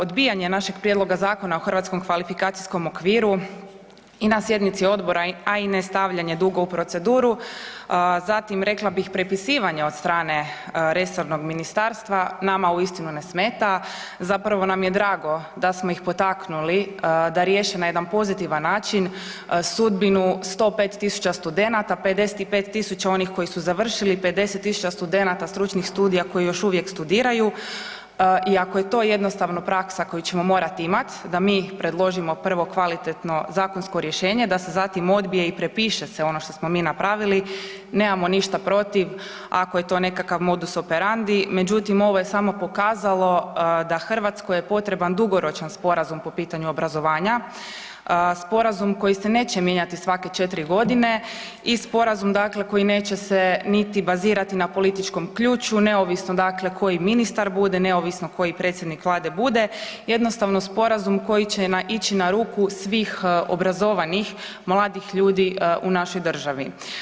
Odbijanjem našeg prijedloga Zakona o HKO-u i na sjednice odbora a i ne stavljanje dugo u proceduru, zatim rekla bih, prepisivanje od strane resornog ministarstva, nama uistinu ne smeta, zapravo nam je drago da smo ih potaknuli da riješe na jedan pozitivan način sudbinu 105 000 studenata, 55 000 onih koji su završili, 50 000 studenata stručnih studija koji još uvijek studiraju i ako je to jednostavno praksa koju ćemo morat imat, da mi predložimo prvo kvalitetno zakonsko rješenje, da se zatim odbije i prepiše se ono što smo mi napravili, nemamo ništa protiv, ako je to nekakav modus operandi međutim ovo je samo pokazalo da Hrvatskoj je potreban dugoročan sporazum po pitanju obrazovanja, sporazum koji se neće mijenjati svake 4 g. i sporazum dakle koji neće se niti bazirati na političkom ključu, neovisno dakle koji ministar bude, neovisno koji predsjednik Vlade bude, jednostavno sporazum koji naići na ruku svih obrazovanih mladih ljudi u našoj državi.